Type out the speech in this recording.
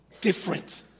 different